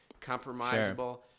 compromisable